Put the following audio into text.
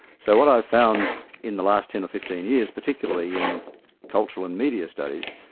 so what i found in the last ten or fifteen years, particularly in cultural and media studies,